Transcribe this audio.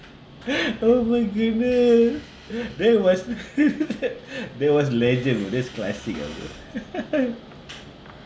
oh my goodness that was that was legend this is classic ah bro